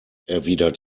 erwidert